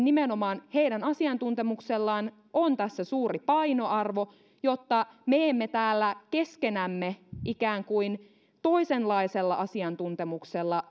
nimenomaan heidän asiantuntemuksellaan on tässä suuri painoarvo jotta me emme täällä keskenämme ikään kuin toisenlaisella asiantuntemuksella